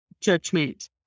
judgment